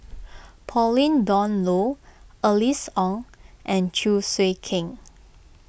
Pauline Dawn Loh Alice Ong and Chew Swee Kee